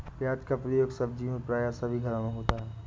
प्याज का प्रयोग सब्जी में प्राय सभी घरों में होता है